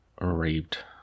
raped